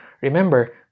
Remember